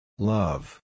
Love